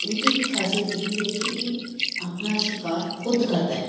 ਇਹਦੀ ਖਾਸੀਅਤ ਇਹ ਵੀ ਹੈ ਕਿ ਇਹ ਆਪਣਾ ਸ਼ਿਕਾਰ ਖੁਦ ਕਰਦਾ ਹੈ